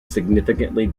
significantly